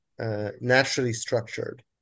naturally-structured